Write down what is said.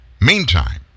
Meantime